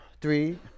three